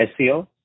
SEO